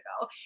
ago